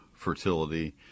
fertility